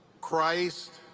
christ,